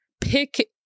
pick